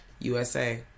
USA